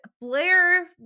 Blair